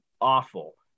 awful